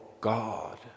God